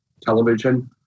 television